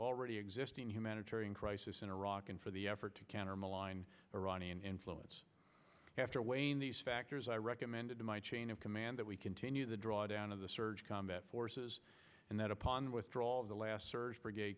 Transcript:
already existing humanitarian crisis in iraq and for the effort to counter malign iranian influence after weighing these factors i recommended to my chain of command that we continue the drawdown of the surge combat forces and that upon withdrawal of the last surge brigade